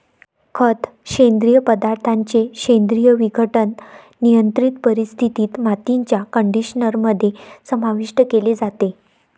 खत, सेंद्रिय पदार्थांचे सेंद्रिय विघटन, नियंत्रित परिस्थितीत, मातीच्या कंडिशनर मध्ये समाविष्ट केले जाते